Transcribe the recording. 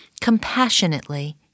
compassionately